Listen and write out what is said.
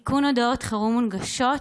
(תיקון, הודעות חירום מונגשות),